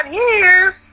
years